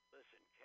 Listen